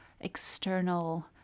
external